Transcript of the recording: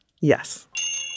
Yes